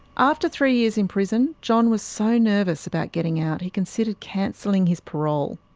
after three years in prison, john was so nervous about getting out he considered cancelling his parole.